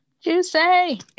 Juicy